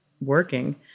working